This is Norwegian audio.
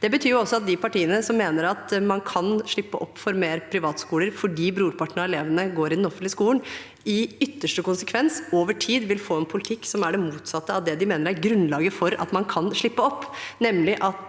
Det betyr også at de partiene som mener at man kan åpne opp for flere privatskoler fordi brorparten av elevene går i den offentlige skolen, i ytterste konsekvens over tid vil få en politikk som er motsatt av det de mener er grunnlaget for at man kan åpne opp. Med